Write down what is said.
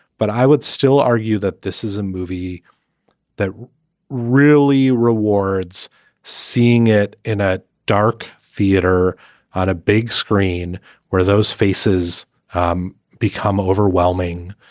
but i would still argue that this is a movie that really rewards seeing it in a dark theater on a big screen where those faces um become overwhelming,